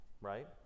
right